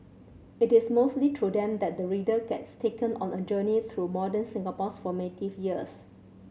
it is mostly through them that the reader gets taken on a journey through modern Singapore's formative years